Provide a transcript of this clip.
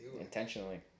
intentionally